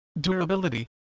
durability